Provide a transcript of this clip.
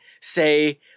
say